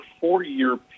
four-year